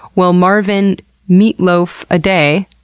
well, marvin meatloaf aday,